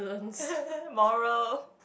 moral